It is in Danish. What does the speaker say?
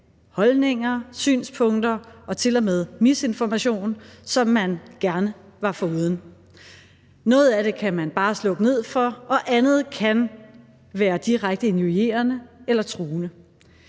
holdninger, synspunkter og til og med misinformation, som man gerne havde været foruden. Noget af det kan man bare slukke ned for, og andet kan være direkte injurierende eller truende.